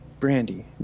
brandy